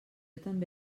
també